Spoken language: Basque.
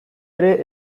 ere